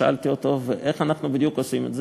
שאלתי אותו: איך אנחנו בדיוק עושים את זה?